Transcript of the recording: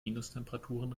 minustemperaturen